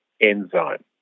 enzyme